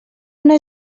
una